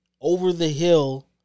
over-the-hill